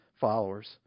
followers